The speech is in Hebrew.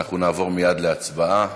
ואנחנו נעבור מייד להצבעה.